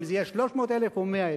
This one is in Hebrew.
אם זה יהיה 300,000 או 100,000,